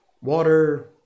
Water